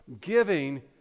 Giving